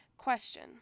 Question